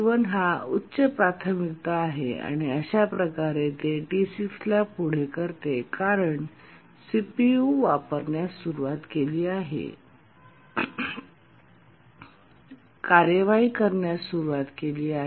T1 हा उच्च प्राथमिकता आहे आणि अशा प्रकारे ते T6 ला पुढे करते कारण आणि सीपीयू वापरण्यास सुरुवात केली कार्यवाही करण्यास सुरवात केली